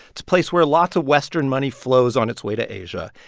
it's place where lots of western money flows on its way to asia.